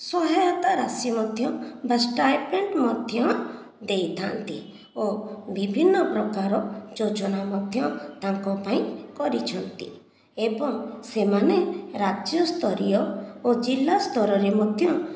ସହାୟତା ରାଶି ମଧ୍ୟ କିମ୍ବା ଷ୍ଟାଇପେଣ୍ଟ ମଧ୍ୟ ଦେଇଥାନ୍ତି ଓ ବିଭିନ୍ନ ପ୍ରକାର ଯୋଜନା ମଧ୍ୟ ତାଙ୍କ ପାଇଁ କରିଛନ୍ତି ଏବଂ ସେମାନେ ରାଜ୍ୟ ସ୍ଥରୀୟ ଓ ଜିଲ୍ଲା ସ୍ତରରେ ମଧ୍ୟ